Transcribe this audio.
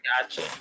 Gotcha